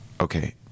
Okay